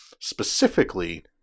Specifically